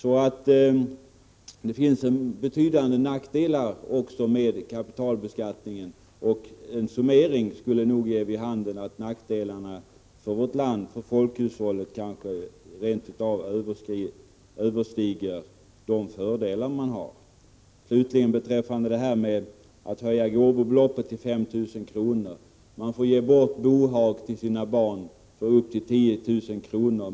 Det finns alltså även betydande nackdelar med kapitalbeskattningen, och en summering skulle nog ge vid handen att nackdelarna för folkhushållet kanske rent av överstiger fördelarna. Slutligen beträffande förslaget att höja den skattefria gränsen för gåva till 5 000 kr. Man får till sina barn ge bort bohag, motsvarande ett värde av upp till 10 000 kr.